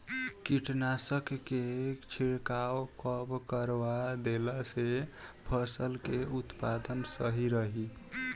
कीटनाशक के छिड़काव कब करवा देला से फसल के उत्पादन सही रही?